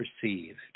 perceived